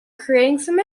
creating